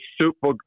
super